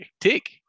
tick